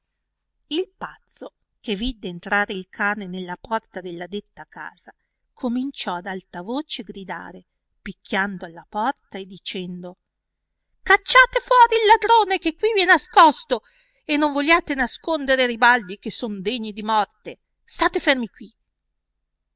il pazzo che vidde entrare il cane nella porta della detta casa cominciò ad alta voce gridare picchiando alla porta e dicendo cacciate fuori il ladrone che quivi è nascosto e non vogliate nascondere e ribaldi che son degni di morte state fermi qui